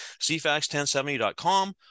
cfax1070.com